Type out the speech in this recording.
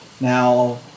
Now